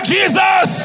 Jesus